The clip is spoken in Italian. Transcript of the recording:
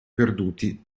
perduti